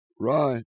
Right